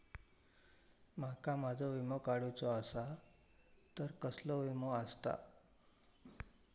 माका माझो विमा काडुचो असा तर कसलो विमा आस्ता?